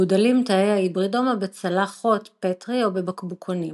מגודלים תאי ההיברידומה בצלחות פטרי או בבקבוקונים.